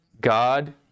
God